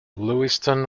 lewiston